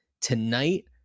tonight